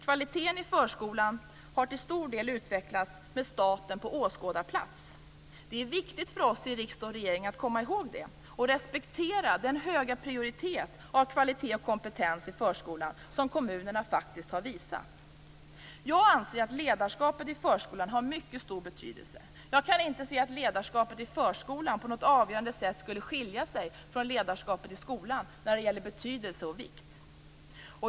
Kvaliteten i förskolan har till stor del utvecklats med staten på åskådarplats. Det är viktigt för oss i riksdag och regering att komma ihåg det och att respektera den höga prioritet av kvalitet och kompetens i förskolan som kommunerna faktiskt har visat. Jag anser att ledarskapet i förskolan har mycket stor betydelse. Jag kan inte se att ledarskapet i förskolan på något avgörande sätt skulle skilja sig från ledarskapet i skolan när det gäller betydelse och vikt.